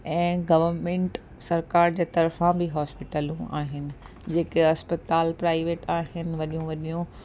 ऐं गर्वमेंट सरकार जे तरफ़ा बि हॉस्पिटलूं आहिनि जेका हस्पताल प्राइवेट आहिनि वॾियूं वॾियूं